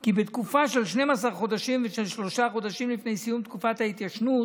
כי בתקופה של 12 חודשים ושל שלושה חודשים לפני סיום תקופת ההתיישנות